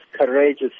courageous